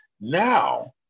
Now